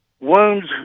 wounds